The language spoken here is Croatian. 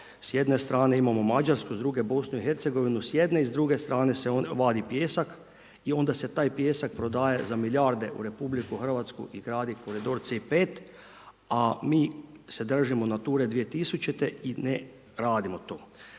s jedne strane imamo Mađarsku, s druge BIH, s jedne i s druge strane se on vadi pijesak i onda se taj pijesak prodaje za milijarde u RH i gradi koridor C5, a mi se držimo Nature 2000. i ne radimo to.